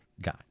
guy